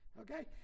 okay